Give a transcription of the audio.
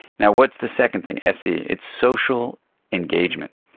yeah what's the second thing, se? it's social engagement.